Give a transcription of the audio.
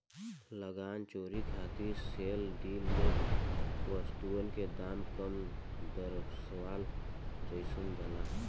लगान चोरी खातिर सेल डीड में वस्तुअन के दाम कम दरसावल जाइल जाला